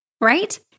right